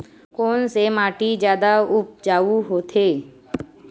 कोन से माटी जादा उपजाऊ होथे?